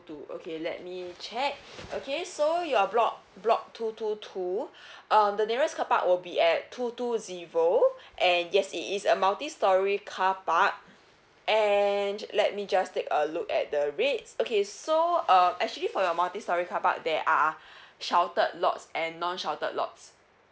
two okay let me check okay so your block block two two two um the nearest carpark will be at two two zero and yes it is a multistorey carpark and just let me just take a look at the rates okay so uh actually for your multistorey carpark there are sheltered lots and non sheltered lots